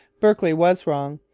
berkeley was wrong.